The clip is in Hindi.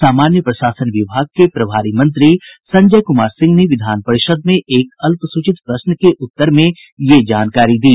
सामान्य प्रशासन विभाग के प्रभारी मंत्री संजय कुमार सिंह ने विधान परिषद में एक अल्पसूचित प्रश्न के उत्तर में यह जानकारी दी